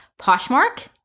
Poshmark